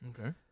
Okay